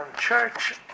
church